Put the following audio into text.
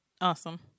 Awesome